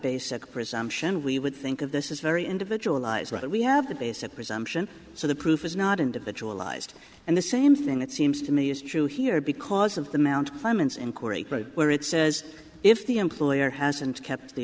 basic presumption we would think of this is very individualized but we have the basic presumption so the proof is not individualized and the same thing it seems to me is true here because of the mount clemens inquiry where it says if the employer hasn't kept the